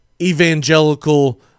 evangelical